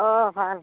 অঁ ভাল